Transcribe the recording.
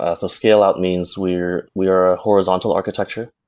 ah so scale-out means we are we are a horizontal architecture.